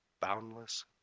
Boundless